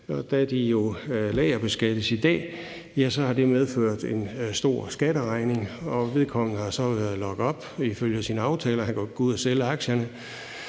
da de jo lagerbeskattes i dag, har det medført en stor skatteregning. Vedkommende har så været i lockup ifølge sine aftaler – han kunne ikke gå ud at sælge aktierne